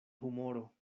humoro